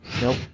Nope